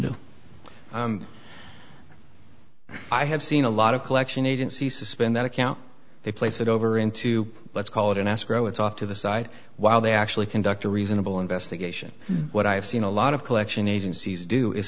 do i have seen a lot of collection agency suspend that account they place it over into let's call it an escrow it's off to the side while they actually conduct a reasonable investigation what i've seen a lot of collection agencies do is